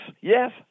yes